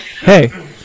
Hey